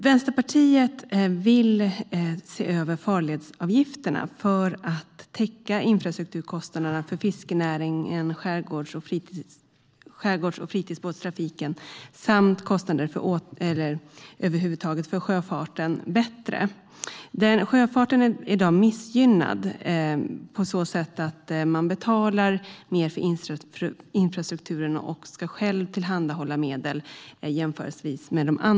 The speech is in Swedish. Vänsterpartiet vill se över farledsavgifterna för att bättre täcka infrastrukturkostnader för fiskerinäringen, skärgårds och fritidsbåtstrafiken samt kostnader för sjöfarten över huvud taget. Sjöfarten är i dag missgynnad på så sätt att man i jämförelse med de andra transportslagen betalar mer för infrastrukturen och själv ska tillhandahålla medel.